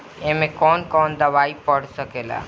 ए में कौन कौन दवाई पढ़ सके ला?